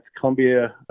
Columbia